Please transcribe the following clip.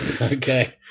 Okay